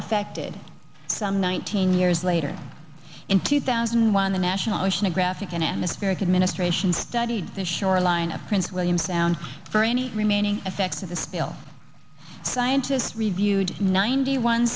affected some nineteen years later in two thousand and one the national oceanographic and atmospheric administration studied the shoreline of prince william sound for any remaining effects of the spill scientists reviewed ninety one